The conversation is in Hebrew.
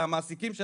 לא עניין של בחירה,